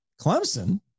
Clemson